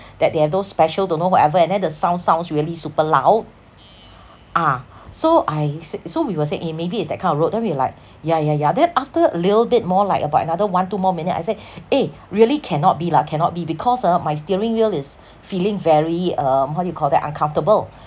that they have those special don't know whatever and then the sound sounds really super loud ah so I said so we were saying eh maybe it's that kind of road then we're like ya ya ya then after a little bit more like about another one two more minute I said eh really cannot be lah cannot be because uh my steering wheel is feeling very um how do you call that uncomfortable